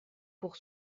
pour